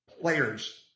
players